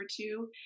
two